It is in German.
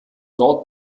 dort